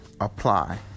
apply